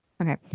Okay